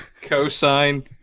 Cosine